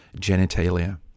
genitalia